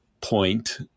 point